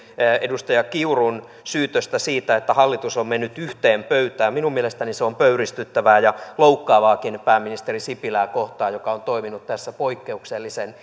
edustaja kiurun syytöstä siitä että hallitus on mennyt yhteen pöytään minun mielestäni se on pöyristyttävää ja loukkaavaakin pääministeri sipilää kohtaan joka on toiminut tässä poikkeuksellisen